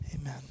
Amen